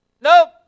Nope